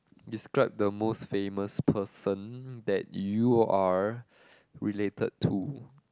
describe the most famous person that you're related to